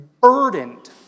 burdened